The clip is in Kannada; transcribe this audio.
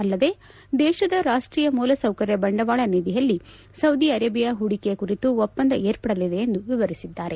ಅಲ್ಲದೆ ದೇಶದ ರಾಷ್ಷೀಯ ಮೂಲ ಸೌಕರ್ಯ ಬಂಡವಾಳ ನಿಧಿಯಲ್ಲಿ ಸೌದಿ ಅರೇಬಿಯಾ ಪೂಡಿಕೆ ಕುರಿತು ಒಪ್ಪಂದ ಏರ್ಪಡಲಿದೆ ಎಂದು ವಿವರಿಸಿದ್ದಾರೆ